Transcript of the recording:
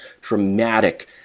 dramatic